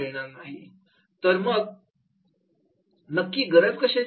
तर मग नक्की कशाची गरज आहे